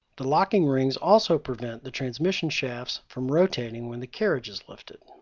the locking rings also prevent the transmission shafts from rotating when the carriage is lifted.